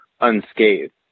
unscathed